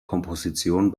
komposition